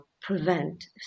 prevent